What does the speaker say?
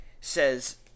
says